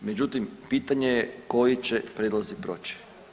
Međutim, pitanje je koji će prijedlozi proći.